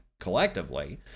collectively